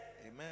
Amen